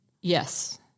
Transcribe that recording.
Yes